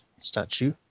statue